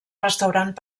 restaurant